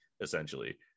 essentially